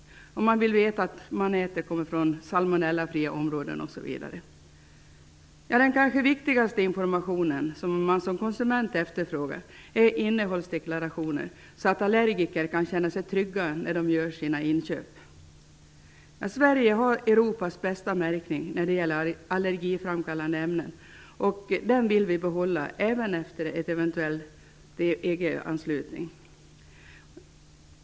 Man vill veta att det man äter kommer från salmonellafria områden, osv. Den kanske viktigaste informationen som man som konsument efterfrågar är innehållsdeklarationer, så att allergiker kan känna sig trygga när de gör sina inköp. Sverige har Europas bästa märkning när det gäller allergiframkallande ämnen, och den vill vi behålla även efter en eventuell EU-anslutning.